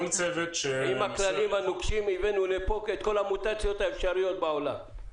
עם הכללים הנוקשים הבאנו לפה את כל המוטציות האפשריות בעולם.